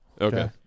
Okay